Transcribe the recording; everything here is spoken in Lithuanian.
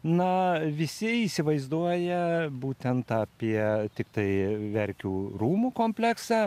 na visi įsivaizduoja būtent apie tiktai verkių rūmų kompleksą